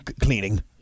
cleaning